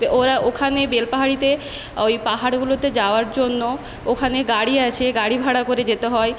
ওরা ওখানে বেলপাহাড়িতে ওই পাহাড়গুলোতে যাওয়ার জন্য ওখানে গাড়ি আছে গাড়ি ভাড়া করে যেতে হয়